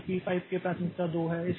इसलिए पी 5 की प्राथमिकता 2 है